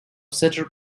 cedar